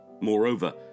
Moreover